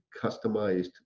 customized